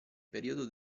periodo